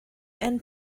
and